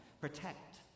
protect